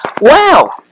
wow